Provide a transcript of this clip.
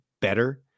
better